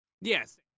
Yes